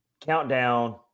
Countdown